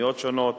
בחנויות שונות.